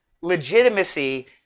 legitimacy